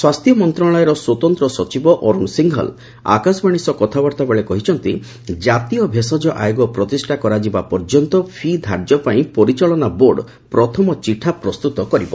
ସ୍ୱାସ୍ଥ୍ୟ ମନ୍ତ୍ରଣାଳୟର ସ୍ୱତନ୍ତ୍ର ସଚିବ ଅରୁଣ ସିଂଘଲ ଆକାଶବାଣୀ ସହ କଥାବାର୍ତ୍ତା ବେଳେ କହିଛନ୍ତି ଜାତୀୟ ଭେଷଜ ଆୟୋଗ ପ୍ରତିଷ୍ଠା କରାଯିବା ପର୍ଯ୍ୟନ୍ତ ଫି' ଧାର୍ଯ୍ୟ ପାଇଁ ପରିଚାଳନା ବୋର୍ଡ ପ୍ରଥମ ଚିଠା ପ୍ରସ୍ତୁତ କରିବ